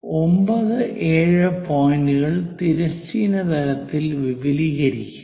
9 7 പോയിന്റുകൾ തിരശ്ചീന തലത്തിൽ വിപുലീകരിക്കുക